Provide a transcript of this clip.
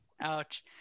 Ouch